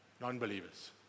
non-believers